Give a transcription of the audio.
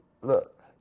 Look